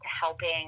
helping